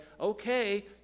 okay